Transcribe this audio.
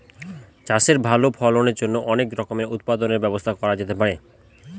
চাষের ভালো ফলনের জন্য অনেক রকমের উৎপাদনের ব্যবস্থা করা যেতে পারে